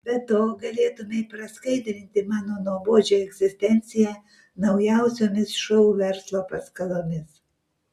be to galėtumei praskaidrinti mano nuobodžią egzistenciją naujausiomis šou verslo paskalomis